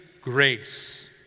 grace